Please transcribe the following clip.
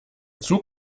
zug